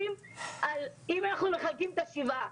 אם אנחנו מחלקים את השבעה,